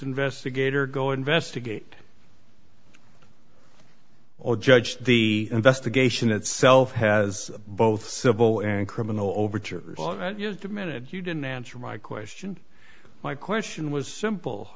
investigator go investigate all judge the investigation itself has both civil and criminal overture just a minute if you didn't answer my question my question was simple